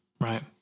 right